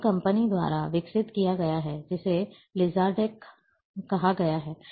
यह कंपनी द्वारा विकसित किया गया है जिसे Lizardtech कहा जाता है